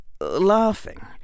laughing